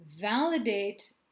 validate